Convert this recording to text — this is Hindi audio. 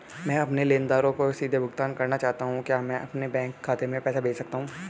मैं अपने लेनदारों को सीधे भुगतान करना चाहता हूँ क्या मैं अपने बैंक खाते में पैसा भेज सकता हूँ?